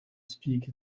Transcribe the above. speak